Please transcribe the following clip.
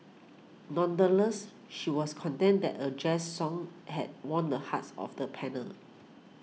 nonetheless she was contented that a Jazz song had won the hearts of the panel